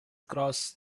cross